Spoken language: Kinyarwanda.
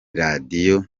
radiyo